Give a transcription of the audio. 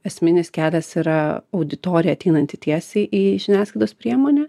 esminis kelias yra auditorija ateinanti tiesiai į žiniasklaidos priemonę